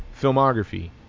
Filmography